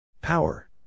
Power